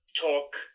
talk